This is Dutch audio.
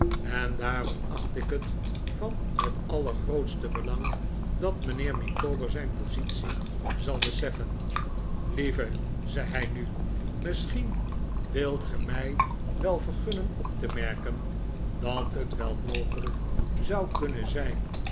en daarom acht ik het van het allergrootste belang dat mijnheer micawber zijn positie zal beseffen lieve zei hij nu misschien wilt ge mij wel vergunnen op te merken dat het wel mogelijk zou kunnen zijn